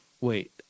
wait